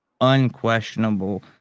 unquestionable